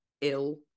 ill